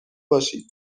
باشید